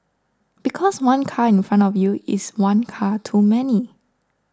because one car in front of you is one car too many